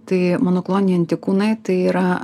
tai monokloniniai antikūnai tai yra